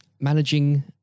managing